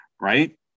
Right